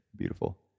beautiful